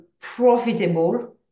profitable